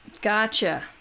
Gotcha